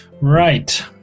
Right